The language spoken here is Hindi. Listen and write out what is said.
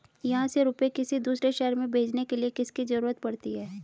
यहाँ से रुपये किसी दूसरे शहर में भेजने के लिए किसकी जरूरत पड़ती है?